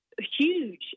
huge